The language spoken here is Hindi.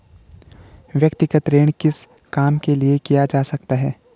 व्यक्तिगत ऋण किस काम के लिए किया जा सकता है?